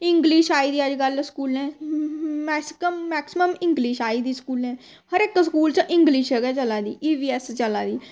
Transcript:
English आई दी अजकल्ल स्कूलें मैक्सिमम इंग्लिश आई दी स्कूलैं हर इक स्कूल च इंग्लिश गै चला दी ई वी ऐस्स चला दी